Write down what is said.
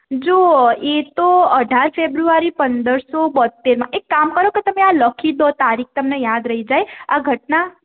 જો એ તો અઢાર ફેબ્રુઆરી પંદરસો બોંત્તેરમાં એક કામ કરો કે તમે આ લખી દો તારીખ તમને યાદ રહી જાય આ ઘટના